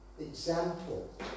example